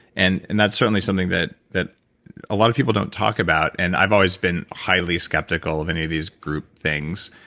and and that's certainly something that that a lot of people don't talk about, and i've always been highly skeptical of any of these group things,